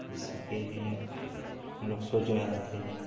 इसके लिए हम लोग सोच रहे थे ये